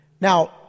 Now